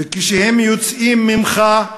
וכשהם יוצאים ממך,